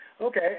Okay